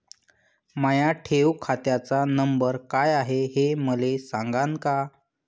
माया ठेव खात्याचा नंबर काय हाय हे मले सांगान का?